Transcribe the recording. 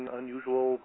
unusual